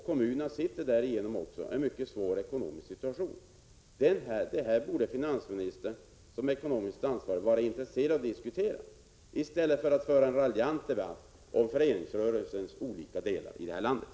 Kommunerna befinner sig därigenom i en mycket svår ekonomisk situation. Detta borde finansministern som ekonomiskt ansvarig vara intresserad av att diskutera i stället för att föra en raljant debatt om föreningsrörelsens olika delar i landet.